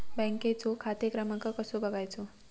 बँकेचो खाते क्रमांक कसो बगायचो?